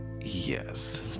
yes